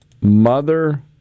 mother